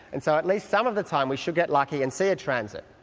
and so at least some of the time we should get lucky and see a transit.